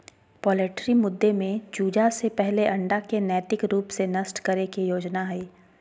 poultry मुद्दे में चूजा से पहले अंडा के नैतिक रूप से नष्ट करे के योजना हइ